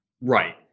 right